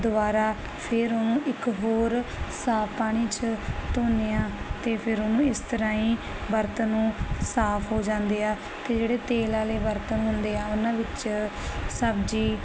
ਦੁਬਾਰਾ ਫਿਰ ਉਹਨੂੰ ਇੱਕ ਹੋਰ ਸਾਫ ਪਾਣੀ ਚ ਧੋਨੇ ਆ ਤੇ ਫਿਰ ਉਹਨੂੰ ਇਸ ਤਰ੍ਹਾਂ ਹੀ ਬਰਤਨ ਨੂੰ ਸਾਫ ਹੋ ਜਾਂਦੇ ਆ ਤੇ ਜਿਹੜੇ ਤੇਲ ਵਾਲੇ ਬਰਤਨ ਹੁੰਦੇ ਆ ਉਹਨਾਂ ਵਿੱਚ ਸਬਜ਼ੀ